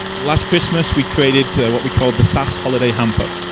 last christmas we created, what we called the sas holiday hamper.